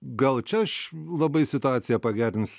gal čia aš labai situaciją pagerins